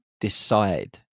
decide